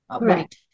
Right